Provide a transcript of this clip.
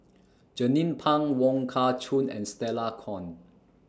Jernnine Pang Wong Kah Chun and Stella Kon